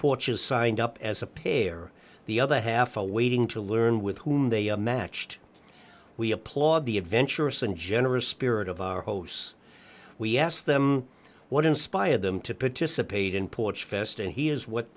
porches signed up as a pair the other half a waiting to learn with whom they matched we applaud the adventurous and generous spirit of our hosts we asked them what inspired them to participate in porch fest and he is what